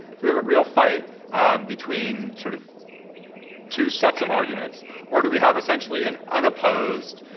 do we have a real fight between sort of two sets of arguments or do we have essentially an unopposed